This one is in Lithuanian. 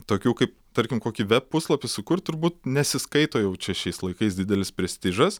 tokių kaip tarkim kokį web puslapį sukurt turbūt nesiskaito jau čia šiais laikais didelis prestižas